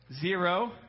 Zero